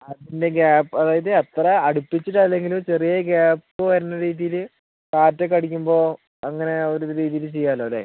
അതിൻ്റെ ഗ്യാപ് അതായത് അത്ര അടുപ്പിച്ചിട്ടല്ലെങ്കിലും ചെറിയ ഗ്യാപ് വരുന്ന രീതിയിൽ കാറ്റൊക്കെ അടിക്കുമ്പോൾ അങ്ങനെ ആ ഒരു രീതിയിൽ ചെയ്യാമല്ലോ അല്ലേ